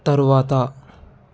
తరువాత